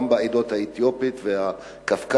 הם קיימים גם בעדה האתיופית והקווקזית,